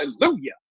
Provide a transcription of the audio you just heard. hallelujah